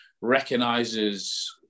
recognises